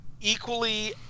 equally